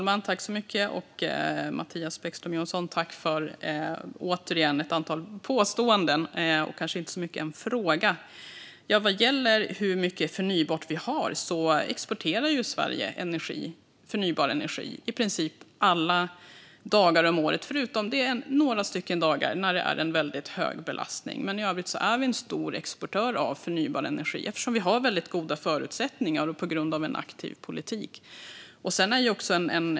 Fru talman! Tack, Mattias Bäckström Johansson, för ett antal påståenden snarare än för en fråga! Vad gäller hur mycket förnybart vi har vill jag säga att Sverige ju exporterar förnybar energi i princip alla dagar under året. Det är några enstaka dagar då det är väldigt hög belastning, men i övrigt är vi en stor exportör av förnybar energi eftersom vi har väldigt goda förutsättningar och en aktiv politik.